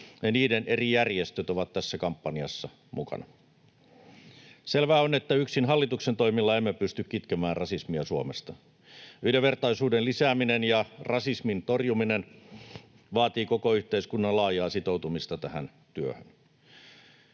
niiden eri järjestöt ovat tässä kampanjassa mukana. Selvää on, että yksin hallituksen toimilla emme pysty kitkemään rasismia Suomesta. Yhdenvertaisuuden lisääminen ja rasismin torjuminen vaativat koko yhteiskunnan laajaa sitoutumista tähän työhön.